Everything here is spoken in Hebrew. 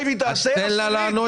בדתות שלהם,